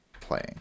playing